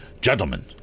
Gentlemen